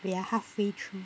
we are halfway through